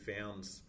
found